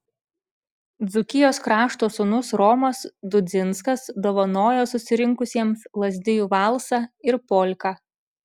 dzūkijos krašto sūnus romas dudzinskas dovanojo susirinkusiems lazdijų valsą ir polką